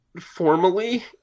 formally